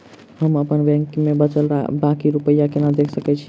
हम अप्पन बैंक मे बचल बाकी रुपया केना देख सकय छी?